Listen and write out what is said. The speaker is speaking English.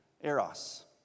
Eros